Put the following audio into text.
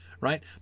right